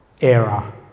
era